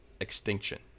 extinction